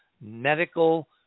medical